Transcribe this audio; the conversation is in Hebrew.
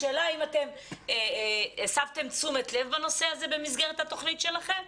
השאלה אם אתם הסבתם תשומת לב בנושא הזה במסגרת התוכנית שלכם?